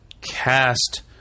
cast